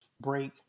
break